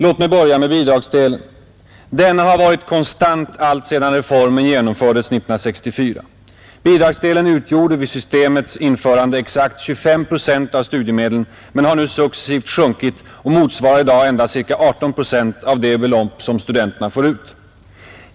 Låt mig börja med bidragsdelen. Denna har varit konstant alltsedan reformen genomfördes 1964. Bidragsdelen utgjorde vid systemets införande exakt 25 procent av studiemedlen men har nu successivt sjunkit och motsvarar i dag endast ca 18 procent av det belopp som studenten får ut.